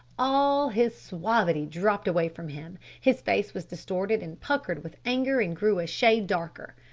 all his suavity dropped away from him, his face was distorted and puckered with anger and grew a shade darker.